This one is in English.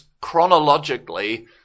chronologically